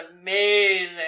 amazing